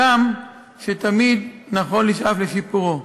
הגם שתמיד נכון לשאוף לשיפורו.